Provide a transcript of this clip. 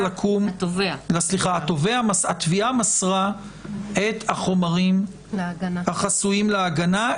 שבו התביעה מסרה את החומרים החסויים להגנה,